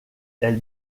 elle